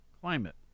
Climate